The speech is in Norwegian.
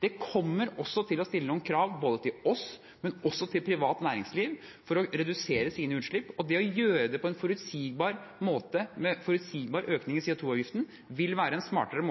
Det kommer til å stille noen krav både til oss og til privat næringsliv om å redusere utslipp, og det å gjøre det på en forutsigbar måte med en forutsigbar økning i CO-avgiften vil være smartere